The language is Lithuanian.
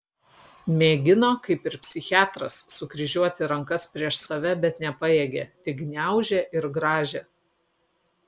mėgino kaip ir psichiatras sukryžiuoti rankas prieš save bet nepajėgė tik gniaužė ir grąžė